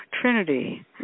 Trinity